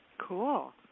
Cool